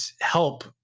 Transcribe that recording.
help